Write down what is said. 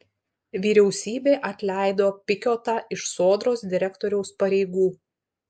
vyriausybė atleido pikiotą iš sodros direktoriaus pareigų